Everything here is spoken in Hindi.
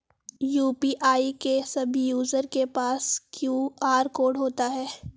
यू.पी.आई के सभी यूजर के पास क्यू.आर कोड होता है